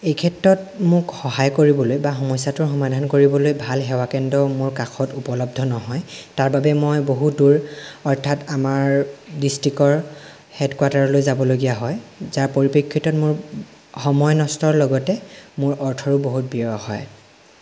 এই ক্ষেত্ৰত মোক সহায় কৰিবলৈ বা সমস্যাটোৰ সমাধান কৰিবলৈ ভাল সেৱা কেন্দ্ৰ মোৰ কাষত উপলদ্ধ নহয় তাৰ বাবে মই বহুত দূৰ অৰ্থাৎ আমাৰ ডিষ্ট্ৰিকৰ হেডকোৱাৰ্টাৰলৈ যাব লগা হয় যাৰ পৰিপ্ৰেক্ষিতত মোৰ সময় নষ্টৰ লগতে মোৰ অৰ্থৰো বহুত ব্যয় হয়